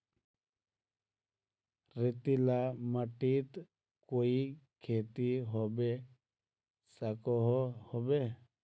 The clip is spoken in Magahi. रेतीला माटित कोई खेती होबे सकोहो होबे?